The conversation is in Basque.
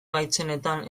gaitzenetan